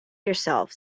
yourself